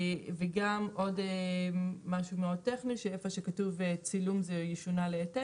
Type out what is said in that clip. עוד משהו טכני: איפה שכתוב "צילום" זה ישונה ל-"העתק"